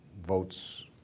votes